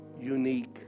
unique